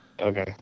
Okay